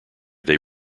they